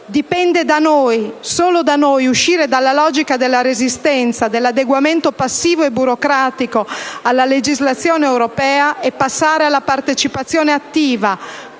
Dipende solo da noi uscire dalla logica della resistenza, dell'adeguamento passivo e burocratico alla legislazione europea e passare alla partecipazione attiva